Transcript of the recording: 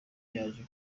yaje